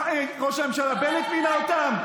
ראש הממשלה בנט מינה אותם?